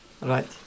right